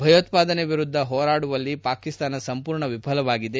ಭಯೋತ್ಪಾದನೆ ವಿರುದ್ದ ಹೋರಾಡುವಲ್ಲಿ ಪಾಕಿಸ್ತಾನ ಸಂಪೂರ್ಣ ವಿಫಲವಾಗಿದೆ